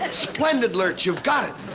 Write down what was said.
and splendid, lurch. you got it.